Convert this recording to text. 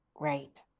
right